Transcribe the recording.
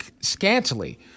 scantily